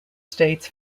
states